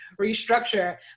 restructure